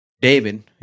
David